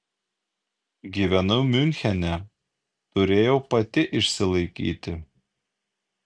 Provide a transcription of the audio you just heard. gyvenau miunchene turėjau pati išsilaikyti